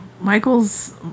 michael's